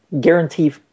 guarantee